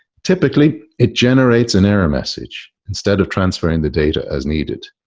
typically it generates an error message instead of transferring the data as needed.